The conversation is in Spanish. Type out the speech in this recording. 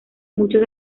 muchos